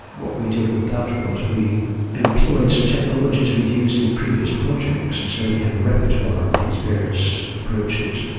what we did with that was we employed some technologies we'd used in previous projects, and so we have a repertoire of these various approaches.